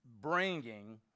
bringing